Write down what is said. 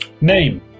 Name